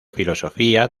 filosofía